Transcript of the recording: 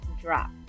drop